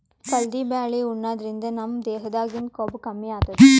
ಕಲ್ದಿ ಬ್ಯಾಳಿ ಉಣಾದ್ರಿನ್ದ ನಮ್ ದೇಹದಾಗಿಂದ್ ಕೊಬ್ಬ ಕಮ್ಮಿ ಆತದ್